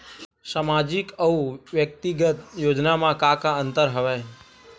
सामाजिक अउ व्यक्तिगत योजना म का का अंतर हवय?